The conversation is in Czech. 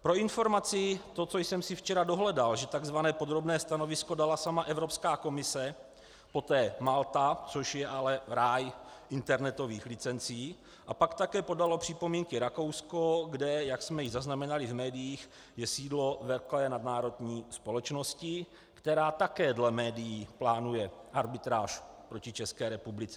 Pro informaci, to, co jsem si včera dohledal, že tzv. podrobné stanovisko dala sama Evropská komise, poté Malta, což je ale ráj internetových licencí, a pak také podalo připomínky Rakousko, kde, jak jsme již zaznamenali v médiích, je sídlo velké nadnárodní společnosti, která také dle médií plánuje arbitráž proti České republice.